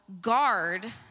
guard